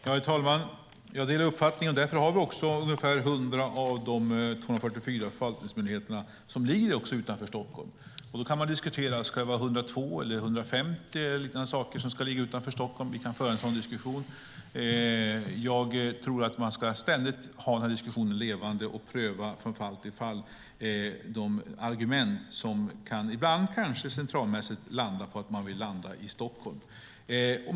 Herr talman! Jag delar den uppfattningen. Därför ligger också ungefär 100 av de 244 förvaltningsmyndigheterna utanför Stockholm. Man kan diskutera om det ska vara 102, 150 eller något liknande som ska ligga utanför Stockholm. Vi kan föra en sådan diskussion. Jag tror att man ständigt ska ha denna diskussion levande och från fall till fall pröva de argument som ibland kanske leder till att man centraliseringsmässigt vill landa i Stockholm.